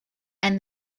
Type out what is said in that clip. and